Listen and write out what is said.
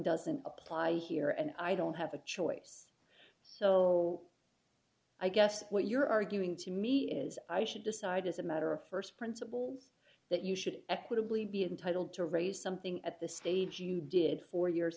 doesn't apply here and i don't have a choice so i guess what you're arguing to me is i should decide as a matter of st principles that you should equitably be entitled to raise something at the stage you did four years